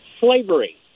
slavery